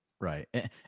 Right